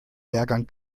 lehrgang